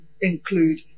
include